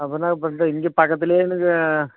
அப்போ என்ன பண்ணுறன் இங்கே பக்கத்திலயே எனக்கு